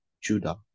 Judah